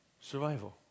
survival